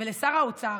ולשר האוצר